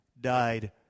died